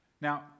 Now